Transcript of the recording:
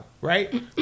right